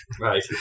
Right